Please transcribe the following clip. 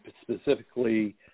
specifically